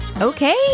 Okay